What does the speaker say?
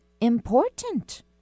important